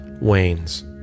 wanes